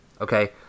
Okay